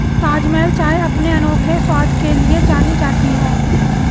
ताजमहल चाय अपने अनोखे स्वाद के लिए जानी जाती है